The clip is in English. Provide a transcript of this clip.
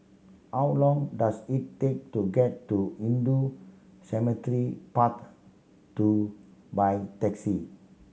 how long does it take to get to Hindu Cemetery Path Two by taxi